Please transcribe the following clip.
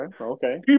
Okay